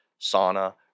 sauna